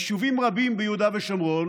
יישובים רבים ביהודה ושומרון